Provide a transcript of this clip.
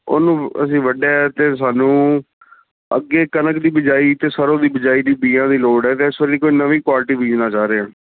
ਉਹਨੂੰ ਅਸੀਂ ਵੱਢਿਆ ਅਤੇ ਸਾਨੂੰ ਅੱਗੇ ਕਣਕ ਦੀ ਬਿਜਾਈ ਅਤੇ ਸਰੋਂ ਦੀ ਬਿਜਾਈ ਦੀ ਬੀਜਾਂ ਦੀ ਲੋੜ ਹੈ ਅਤੇ ਇਸ ਵਾਰੀ ਕੋਈ ਨਵੀਂ ਕੁਆਲਿਟੀ ਬੀਜਣਾ ਚਾਅ ਰਿਹਾ